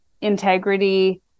integrity